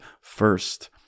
first